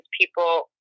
people